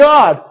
God